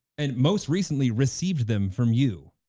and most recently received them from you,